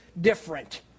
different